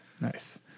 Nice